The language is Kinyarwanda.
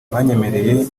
banyemereye